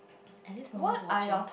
at least no one watching